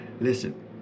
Listen